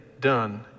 done